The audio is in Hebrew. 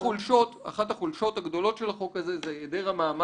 אחת החולשות הגדולות של החוק הזה היא היעדר המעמד